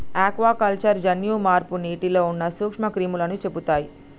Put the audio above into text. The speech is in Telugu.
ఆక్వాకల్చర్ జన్యు మార్పు నీటిలో ఉన్న నూక్ష్మ క్రిములని చెపుతయ్